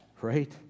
right